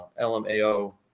LMAO